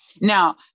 Now